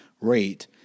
rate